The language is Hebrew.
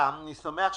אני שמח שההסתייגויות,